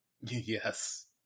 Yes